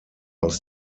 aus